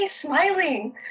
smiling